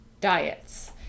diets